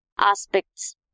aspects